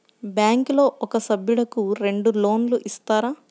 బ్యాంకులో ఒక సభ్యుడకు రెండు లోన్లు ఇస్తారా?